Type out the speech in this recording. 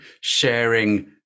sharing